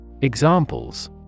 Examples